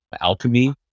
alchemy